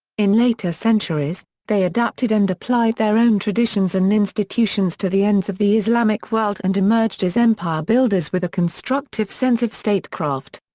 in later centuries, they adapted and applied their own traditions and institutions to the ends of the islamic world and emerged as empire-builders with a constructive sense of statecraft.